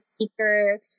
Speaker